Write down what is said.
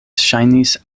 ŝajnis